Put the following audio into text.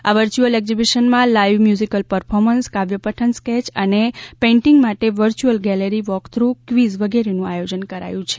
આ વર્યુઅલ એક્ઝિબિશનમાં લાઈવ મ્યુઝિકલ પર્ફોમન્સ કાવ્ય પઠન સ્કેય અને પેઇન્ટિંગ્સ માટે વર્ચુઅલ ગેલેરી વૉકથ્રુ ક્વિઝ વગેરેનું આયોજન કરાયું છે